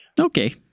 Okay